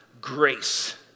grace